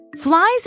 Flies